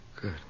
Good